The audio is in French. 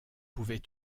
pouvait